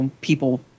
people